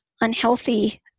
unhealthy